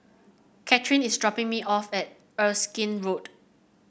Katherin is dropping me off at Erskine Road